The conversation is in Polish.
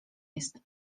jest